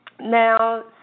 Now